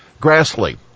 Grassley